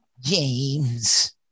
James